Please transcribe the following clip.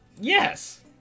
yes